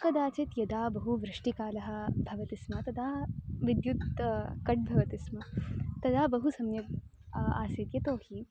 कदाचित् यदा बहु वृष्टिकालः भवति स्म तदा विद्युत् कट् भवति स्म तदा बहु सम्यक् आसीत् यतो हि